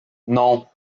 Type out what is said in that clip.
non